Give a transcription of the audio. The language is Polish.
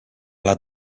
lat